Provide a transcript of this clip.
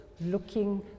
looking